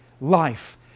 life